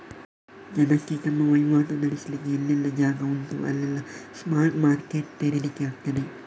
ಜನಕ್ಕೆ ತಮ್ಮ ವೈವಾಟು ನಡೆಸ್ಲಿಕ್ಕೆ ಎಲ್ಲೆಲ್ಲ ಜಾಗ ಉಂಟೋ ಅಲ್ಲೆಲ್ಲ ಸ್ಪಾಟ್ ಮಾರ್ಕೆಟ್ ತೆರೀಲಿಕ್ಕೆ ಆಗ್ತದೆ